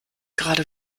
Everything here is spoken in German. gerade